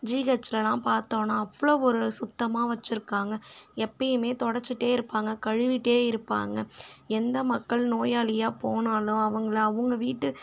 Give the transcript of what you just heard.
ஜிஹெச்லெலாம் பார்த்தோன்னால் அவ்வளோ ஒரு சுத்தமாக வெச்சுருக்காங்க எப்பேயுமே துடச்சிட்டே இருப்பாங்க கழுவிகிட்டே இருப்பாங்க எந்த மக்கள் நோயாளியாக போனாலும் அவங்கள அவங்க வீட்டு